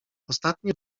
ostatnie